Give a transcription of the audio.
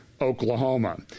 Oklahoma